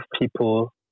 people